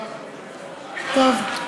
טוב.